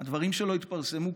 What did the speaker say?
הדברים שלו התפרסמו,